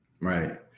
Right